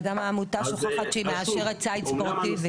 וגם העמותה שוכחת שהיא מאשרת ציד ספורטיבי.